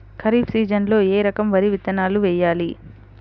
ఖరీఫ్ సీజన్లో ఏ రకం వరి విత్తనాలు వేయాలి?